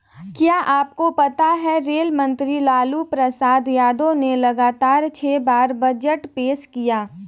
क्या आपको पता है रेल मंत्री लालू प्रसाद यादव ने लगातार छह बार बजट पेश किया?